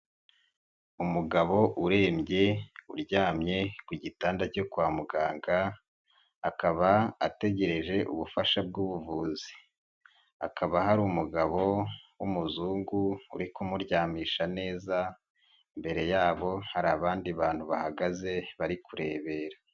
Umugabo urembye uryamye ku gitanda cyo kwa muganga akaba ategereje ubufasha bw'ubuvuzi, hakaba hari umugabo w'umuzungu uri kumuryamisha neza, imbere yabo hari abandi bantu bahagaze bari kurebera.